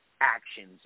actions